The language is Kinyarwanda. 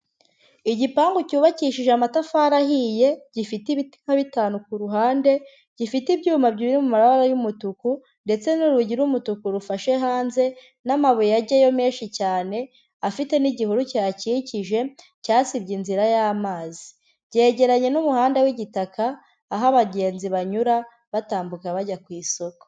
Igipangu cyubakishije amatafari ahiye, gifite ibiti nka bitanu ku ruhande, gifite ibyuma biri mu mabara y'umutuku, ndetse n'urugi rw'umutuku rufashe hanze n'amabuye ajyayo menshi cyane, afite n'igihuru cyihakikije cyasibye inzira y'amazi, byegeranye n'umuhanda w'igitaka, aho abagenzi banyura batambuka bajya ku isoko.